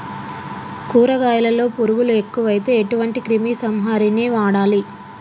కూరగాయలలో పురుగులు ఎక్కువైతే ఎటువంటి క్రిమి సంహారిణి వాడాలి?